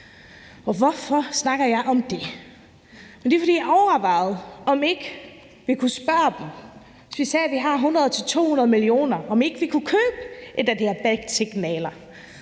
Hvorfor snakker jeg om det? Det er, fordi jeg overvejede, om ikke vi kunne spørge dem – hvis vi siger, at vi har 100-200 mio. kr. – om ikke vi kunne købe et af de her batsignaler